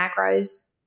macros